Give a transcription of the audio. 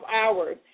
hours